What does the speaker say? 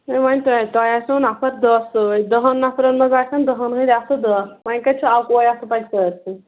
ہے وۅنۍ تۄہہِ تۄہہِ آسوٕ نَفر دٔہ سۭتۍ دَہَن نَفرَن منٛز آسان دَہَن ہٕنٛدۍ اَتھٕ دٔہ وۄنۍ کَتہِ چھُ اَکوُے اَتھٕ سُہ پکہِ سٲرسِے